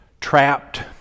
trapped